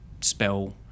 spell